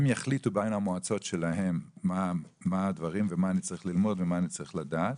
הם יחליטו מה הדברים ומה אני צריך ללמוד ומה אני צריך לדעת,